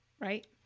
right